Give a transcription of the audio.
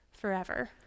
forever